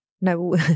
No